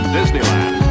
Disneyland